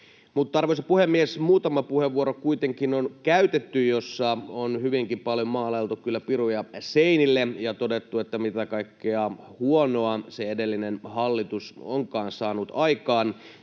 käytetty muutama puheenvuoro, joissa on kyllä hyvinkin paljon maalailtu piruja seinille ja todettu, mitä kaikkea huonoa se edellinen hallitus onkaan saanut aikaan,